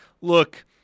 look